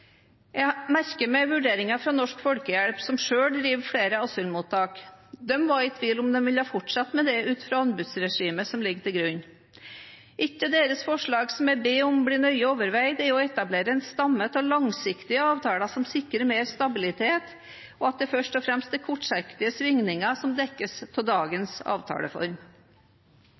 Jeg merker meg vurderingene fra Norsk Folkehjelp, som selv driver flere asylmottak. De var i tvil om de ville fortsette med det ut fra det anbudsregimet som ligger til grunn. Et av deres forslag, som jeg ber om at blir nøye overveid, er å etablere en stamme av langsiktige avtaler som sikrer mer stabilitet, og at det først og fremst er kortsiktige svingninger som dekkes av